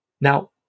Now